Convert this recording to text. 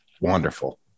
Wonderful